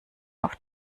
auf